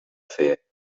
fer